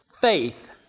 faith